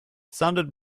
sounded